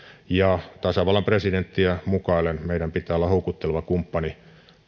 ja tasavallan presidenttiä mukaillen meidän pitää olla houkutteleva kumppani